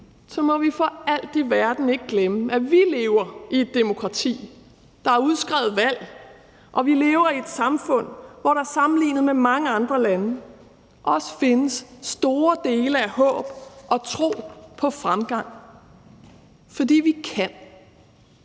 så må vi for alt i verden ikke glemme, at vi lever i et demokrati. Der er udskrevet valg, og vi lever i et samfund, hvor der i sammenligning med mange andre lande også findes store dele af håb og tro på fremgang, fordi vi kan.